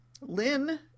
Lynn